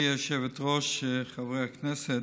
גברתי היושבת-ראש, חברי הכנסת,